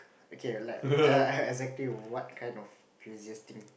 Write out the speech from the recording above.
okay like err exactly what kind of craziest thing